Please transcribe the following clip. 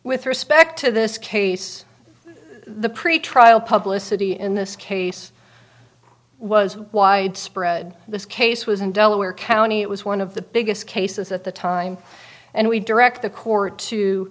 with respect to this case the pretrial publicity in this case was widespread this case was in delaware county it was one of the biggest cases at the time and we direct the court to